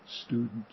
students